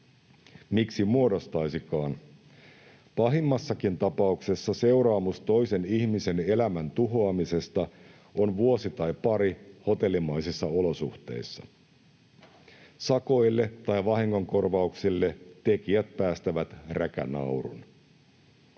Miksi muodostaisikaan? Pahimmassakin tapauksessa seuraamus toisen ihmisen elämän tuhoamisesta on vuosi tai pari hotellimaisissa olosuhteissa. Sakoille tai vahingonkorvauksille tekijät päästävät räkänaurun.